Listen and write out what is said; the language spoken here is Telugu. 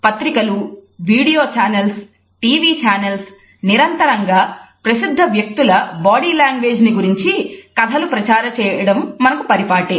పత్రికలు వీడియో చానల్స్ టీవీ చానల్స్ నిరంతరంగా ప్రసిద్దవ్యక్తుల బాడీ లాంగ్వేజ్ ని గురించి కథలు ప్రచారం చేయడం మనకు పరిపాటే